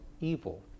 evil